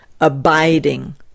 abiding